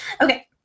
Okay